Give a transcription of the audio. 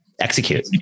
execute